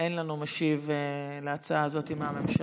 אין לנו משיב על ההצעה הזאת מהממשלה,